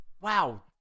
wow